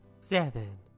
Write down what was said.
seven